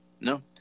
No